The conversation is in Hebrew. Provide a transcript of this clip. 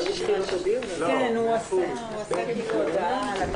הישיבה ננעלה